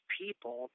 people